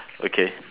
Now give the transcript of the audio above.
okay